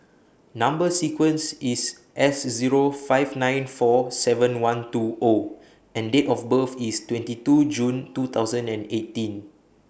Number sequence IS S Zero five nine four seven one two O and Date of birth IS twenty two June two thousand and eighteen